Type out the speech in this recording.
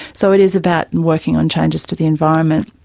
so it is about and working on changes to the environment.